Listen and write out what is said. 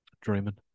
Dreaming